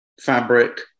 Fabric